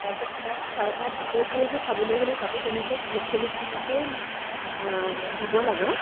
তাৰ পিছত তাত চা তাৰ ভিতৰত যি আছে চাবলৈ গ'লে তাতো তেনেকৈ ত্ৰিছ চল্লিছ টকাকেই দিব লাগে